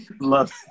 Love